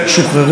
על שליש.